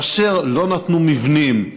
כאשר לא נתנו מבנים,